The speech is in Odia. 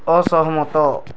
ଅସହମତ